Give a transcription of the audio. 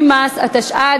נתקבלה.